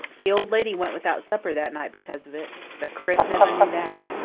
the old lady went without supper that night because of it, but chris never knew that.